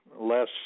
less